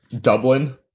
Dublin